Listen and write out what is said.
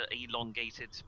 elongated